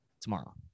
tomorrow